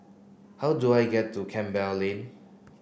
how do I get to Campbell Lane